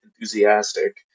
enthusiastic